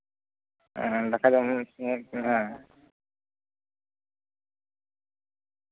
ᱦᱮᱸ ᱫᱟᱠᱟ ᱡᱚᱢ ᱥᱚᱢᱚᱭ ᱦᱩᱭᱟᱠᱟᱱᱟ ᱦᱮᱸ